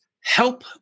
Help